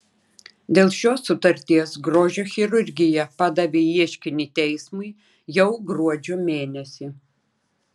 dėl šios sutarties grožio chirurgija padavė ieškinį teismui jau gruodžio mėnesį